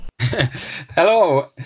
Hello